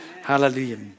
Hallelujah